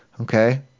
Okay